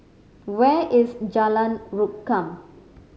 where is Jalan Rukam